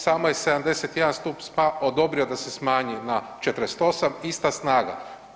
Samo je 71 stup odobrio da se smanji na 48, ista snaga.